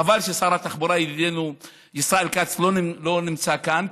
חבל ששר התחבורה ידידנו ישראל כץ לא נמצא כאן,